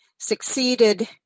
succeeded